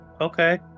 Okay